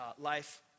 life